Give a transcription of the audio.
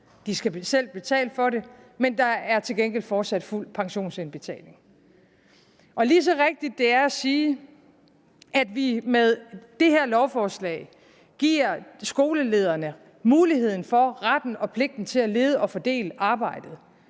De skal selv betale for det, men der er til gengæld fortsat fuld pensionsindbetaling. Lige så rigtigt det er at sige, at vi med det her lovforslag giver skolelederne muligheden for samt retten og pligten til at lede og fordele arbejdet,